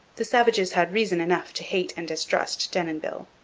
the savages had reason enough to hate and distrust denonville.